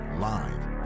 Live